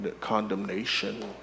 condemnation